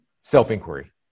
self-inquiry